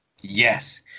Yes